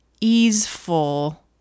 easeful